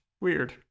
Weird